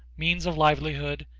means of livelihood,